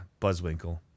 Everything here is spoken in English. buzzwinkle